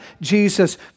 Jesus